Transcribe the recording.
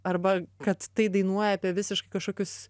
arba kad tai dainuoja apie visiškai kažkokius